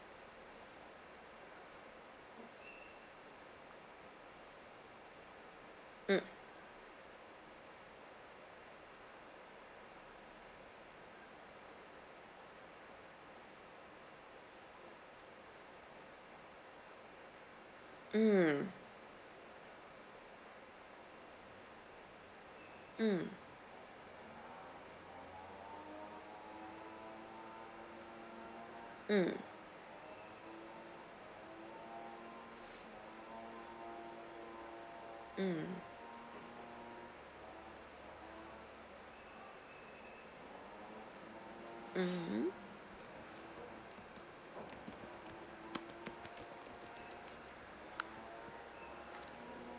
mm mm mm mm mm mmhmm